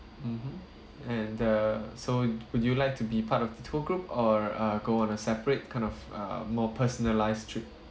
mmhmm and uh so would would you like to be part of the tour group or uh go on a separate kind of uh more personalised trip